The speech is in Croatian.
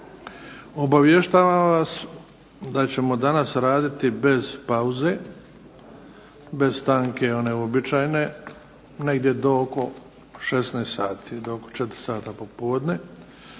Obavještavam vas da ćemo danas raditi bez pauze, bez stanke one uobičajene, negdje do oko 16 sati, do 4 sata popodne,